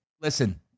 listen